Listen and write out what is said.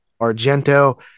Argento